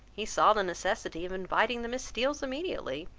he saw the necessity of inviting the miss steeles immediately,